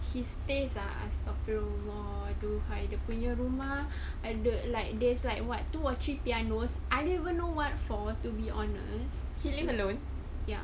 his tastes ah astaghfirullah aduhai dia punya rumah ada like there's like what two or three pianos I didn't even know what for to be honest ya